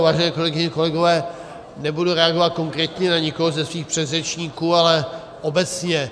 Vážené kolegyně, kolegové, nebudu reagovat konkrétně na nikoho ze svých předřečníků, ale obecně.